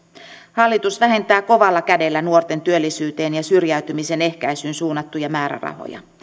hallitus vähentää kovalla kädellä nuorten työllisyyteen ja syrjäytymisen ehkäisyyn suunnattuja määrärahoja